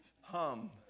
hum